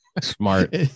Smart